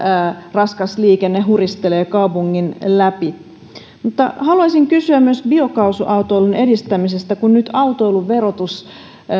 raskas liikenne huristelee kaupungin läpi haluaisin kysyä myös biokaasuautoilun edistämisestä kun nyt autoilun verotus